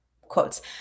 quotes